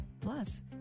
Plus